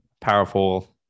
powerful